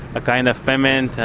a kind of permit,